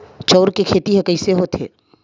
चांउर के खेती ह कइसे होथे?